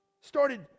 started